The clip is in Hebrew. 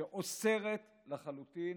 והיא אוסרת לחלוטין